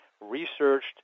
researched